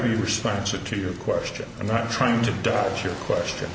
be responsive to your question i'm not trying to dodge your question